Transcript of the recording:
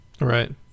Right